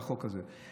בחוק הזה.